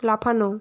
লাফানো